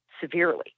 severely